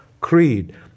creed